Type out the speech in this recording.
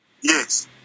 Yes